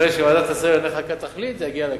אחרי שוועדת שרים לענייני חקיקה תחליט זה יגיע לכנסת.